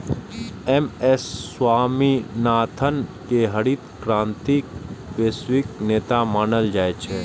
M S Swaminathan कें हरित क्रांतिक वैश्विक नेता मानल जाइ छै